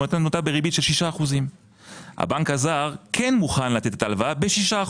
היה נותן אותה בריבית של 6%. הבנק הזר כן מוכן לתת את ההלוואה ב-6%,